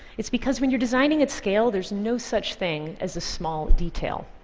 it's because when you're designing at scale, there's no such thing as a small detail.